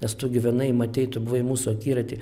nes tu gyvenai matei tu buvai mūsų akiraty